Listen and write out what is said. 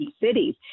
cities